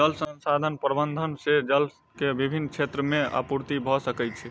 जल संसाधन प्रबंधन से जल के विभिन क्षेत्र में आपूर्ति भअ सकै छै